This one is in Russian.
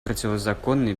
противозаконной